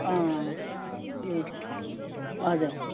अँ ए हजुर